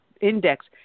index